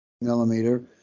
Millimeter